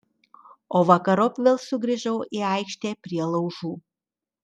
o vakarop vėl sugrįžau į aikštę prie laužų